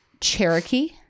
Cherokee